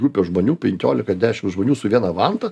grupė žmonių penkiolika dešim žmonių su viena vanta